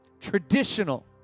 Traditional